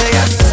Yes